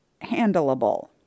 handleable